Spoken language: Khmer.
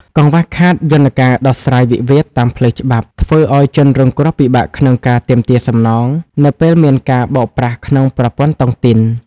កង្វះខាតយន្តការដោះស្រាយវិវាទតាមផ្លូវច្បាប់ ធ្វើឱ្យជនរងគ្រោះពិបាកក្នុងការទាមទារសំណង នៅពេលមានការបោកប្រាស់ក្នុងប្រព័ន្ធតុងទីន។